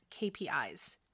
KPIs